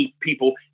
people